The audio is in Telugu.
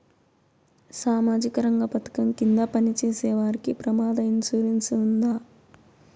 సామాజిక రంగ పథకం కింద పని చేసేవారికి ప్రమాద ఇన్సూరెన్సు ఉందా?